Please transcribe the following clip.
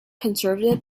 conservative